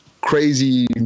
crazy